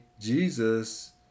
Jesus